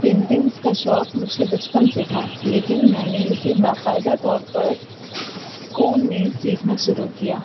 paintings کا شوق مجھے بچپن سے تھا لیکن میں نے اسے باقاعدہ طور پر اسکول میں سیکھنا شروع کیا